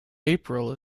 april